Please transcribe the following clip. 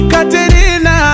Katerina